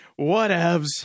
whatevs